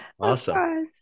Awesome